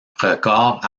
records